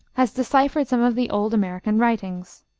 has deciphered some of the old american writings.